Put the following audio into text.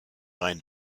rein